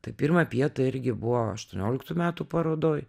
tai pirma pieta irgi buvo aštuonioliktų metų parodoj